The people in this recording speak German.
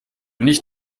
nicht